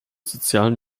sozialen